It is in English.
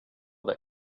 that